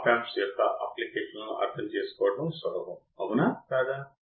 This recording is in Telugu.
అవుట్పుట్ వోల్టేజ్ ని సున్నా చేయడానికి మీకు అర్థమైందా